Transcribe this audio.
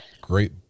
Great